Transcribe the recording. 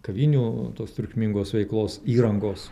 kavinių tos triukšmingos veiklos įrangos